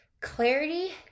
clarity